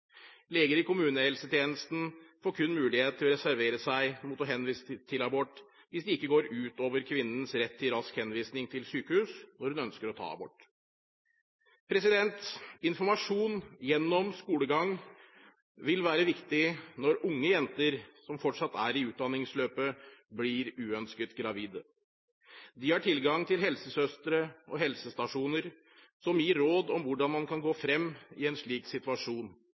Leger i kommunehelsetjenesten får kun mulighet til å reservere seg mot å henvise til abort hvis det ikke går ut over kvinnens rett til rask henvisning til sykehus, når hun ønsker å ta abort. Informasjon gjennom skolegang vil være viktig når unge jenter, som fortsatt er i utdanningsløpet, blir uønsket gravide. De har tilgang til helsesøstre og helsestasjoner som gir råd om hvordan man kan stå frem i en slik situasjon,